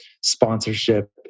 sponsorship